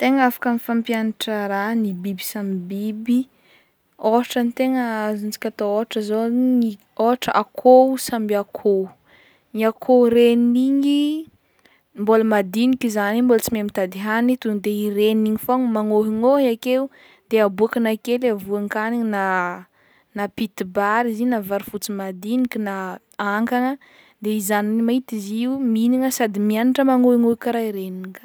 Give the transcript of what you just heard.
Tegna afaka mifampiagnatra raha ny biby samy biby ôhatra ny tegna azontsika atao ôhatra zao ny akôho samby akôho, ny akôho regniny igny mbôla madiniky zagnany igny mbôla tsy mahay mitady hagny tonde i regniny igny fô magnôhinôhy akeo de aboakany ake le voankagniny na na pitibary izy i na vary fotsy madiniky na ankagna de i zagnany mahita izy io mihignana sady miagnatra magnohignohy karaha regniny.